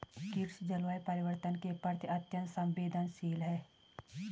कृषि जलवायु परिवर्तन के प्रति अत्यंत संवेदनशील है